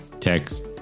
text